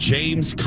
James